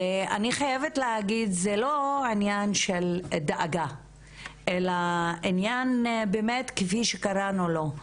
ואני חייבת להגיד זה לא העניין של דאגה אלא עניין באמת כפי שקראנו לו,